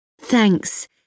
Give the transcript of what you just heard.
Thanks